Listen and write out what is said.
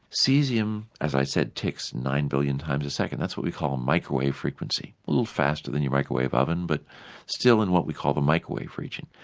caesium, as i said, ticks nine billion times a second, that's what we call a microwave frequency. a little faster than your microwave oven but still in what we call the microwave region.